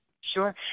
Sure